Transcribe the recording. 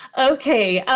okay.